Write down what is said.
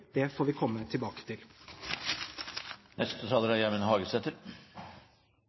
Det får vi komme tilbake